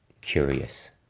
curious